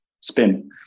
spin